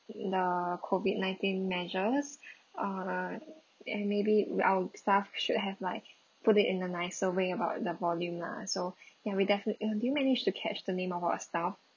the COVID nineteen measures uh and maybe we our staff should have like put it in a nicer way about the volume lah so ya we definitely did you manage to catch the name of our staff